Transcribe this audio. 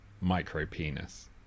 micro-penis